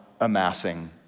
amassing